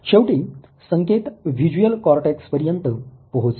शेवटी संकेत visual cortex पर्यंत पोहचतात